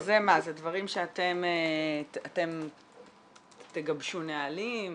שזה דברים שאתם תגבשו נהלים,